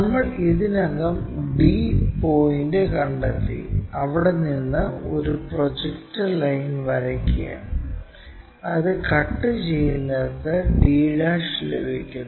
നമ്മൾ ഇതിനകം d point കണ്ടെത്തി അവിടെനിന്ന് ഒരു പ്രൊജക്ടർ ലൈൻ വരയ്ക്കുക അത് കട്ട് ചെയ്യുന്നിടത്ത് d ലഭിക്കുന്നു